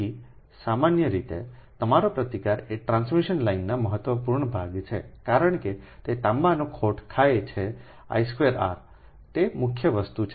તેથી સામાન્ય રીતે તમારો પ્રતિકાર એ ટ્રાન્સમિશન લાઇનનો મહત્વપૂર્ણ ભાગ છે કારણ કે તે તાંબાની ખોટ ખાય છેI2Rતે મુખ્ય વસ્તુ છે